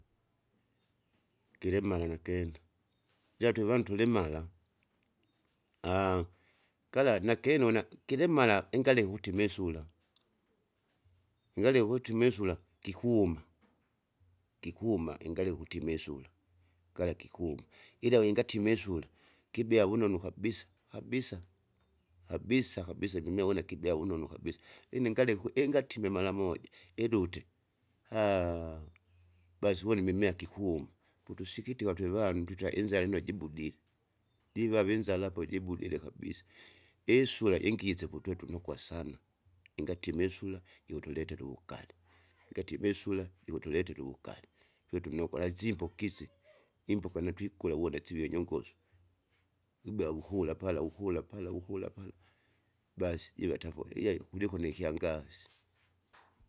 gilimala nakenda ndyatwevandu tulimala kla nakene una kilimara ingaleke ukuti mesula, ingale ukuti mesula gikuma, gikuma ingaleke ukuti mesula, gala gikuma. Ila ingati mesula kibea vunonu kabisa kabisa, kabisa kabisa jimea wene kibea vunonu kabisa, ine ngalekwe ingatime maramoja, idute basi uwone imimea gikuma, potusikitika twevanu tuta inzara izara lino ajibudile, divave inzara apo jibudile kabisa, isura jingise potwetunokwa sana, ingatime isula jikutuletera uwugare, ingatime isula jukutuletera uwugale, twetunokwa lazimbikise imboka natwikula wunasive inyongosu. Wibea wukula pala wukula pala wukula pala, basi jiva atapo ijai kuliko nikyangasi.